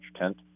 tent